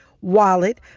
wallet